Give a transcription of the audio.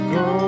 go